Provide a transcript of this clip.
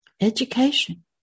Education